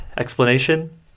Explanation